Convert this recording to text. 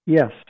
Yes